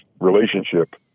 relationship